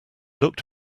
looked